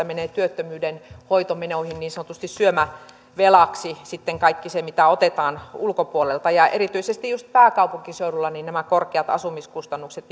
menee työttömyyden hoitomenoihin niin sanotusti syömävelaksi sitten kaikki se mitä otetaan ulkopuolelta ja erityisesti just pääkaupunkiseudulla nämä korkeat asumiskustannukset